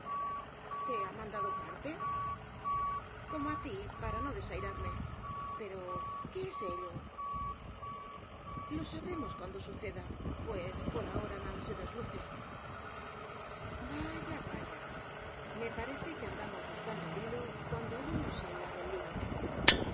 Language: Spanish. te ha mandado parte como á ti por no desairarme pero qué es ello lo sabremos cuando suceda pues por ahora nada se trasluce vaya vaya me parece que andamos buscando el hilo cuando aún no se ha hilado el lino